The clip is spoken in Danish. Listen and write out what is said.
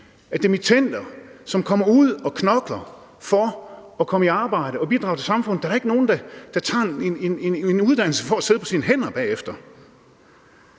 af dimittender, som kommer ud, og som knokler for at komme i arbejde og bidrage til samfundet. Der er da ikke nogen, der tager en uddannelse for at sidde på sine hænder bagefter.